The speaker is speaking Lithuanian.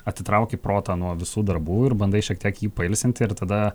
atitrauki protą nuo visų darbų ir bandai šiek tiek jį pailsinti ir tada